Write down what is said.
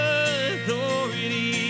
authority